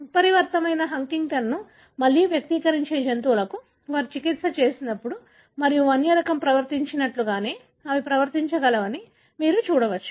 ఉత్పరివర్తనమైన హంటింగ్టన్ను మళ్లీ వ్యక్తీకరించే జంతువులకు వారు చికిత్స చేసినప్పుడు మరియు వన్య రకం ప్రవర్తించినట్లుగానే అవి ప్రవర్తించగలవని మీరు చూడవచ్చు